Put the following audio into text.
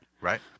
Right